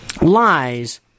lies